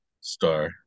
star